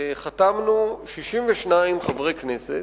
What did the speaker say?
62 חברי הכנסת,